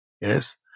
Yes